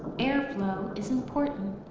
airflow is important.